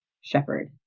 shepherd